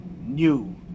New